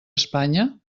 espanya